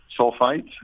sulfites